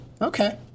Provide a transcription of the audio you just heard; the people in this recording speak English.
Okay